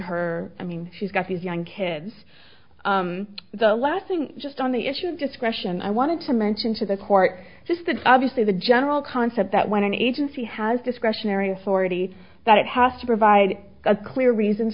her i mean she's got these young kids the last thing just on the issue of discretion i wanted to mention to the court just that obviously the general concept that when an agency has discretionary authority that it has to provide a clear reason